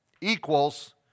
equals